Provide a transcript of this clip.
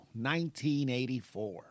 1984